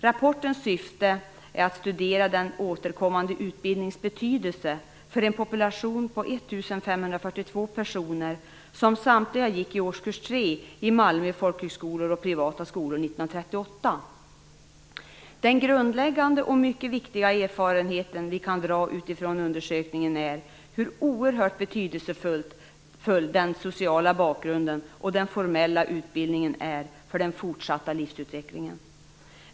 Rapportens syfte är att studera den återkommande utbildningens betydelse för en population på 1 542 Den grundläggande och mycket viktiga erfarenhet vi kan få utifrån undersökningen är hur oerhört betydelsefull den sociala bakgrunden och den formella utbildningen är för den fortsatta livsutvecklingen.